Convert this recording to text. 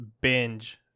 binge